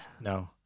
No